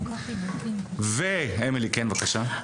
אמילי, בבקשה.